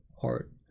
heart